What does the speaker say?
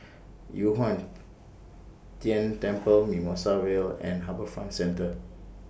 Yu Huang Tian Temple Mimosa Vale and HarbourFront Centre